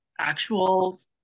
actuals